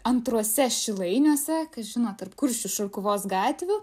antruose šilainiuose kas žino tarp kuršių šarkuvos gatvių